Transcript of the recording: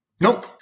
Nope